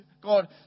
god